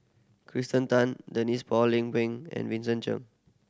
Kirsten Tan Denise Phua Lay and Vincent